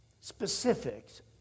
Specifics